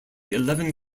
eleven